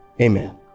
amen